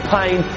pain